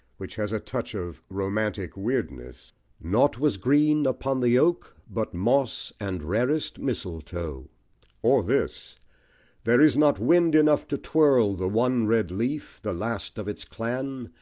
which has a touch of romantic weirdness nought was green upon the oak but moss and rarest misletoe or this there is not wind enough to twirl the one red leaf, the last of its clan,